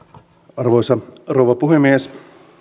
arvoisa rouva puhemies